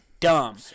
Dumb